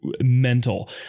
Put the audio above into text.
mental